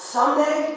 Someday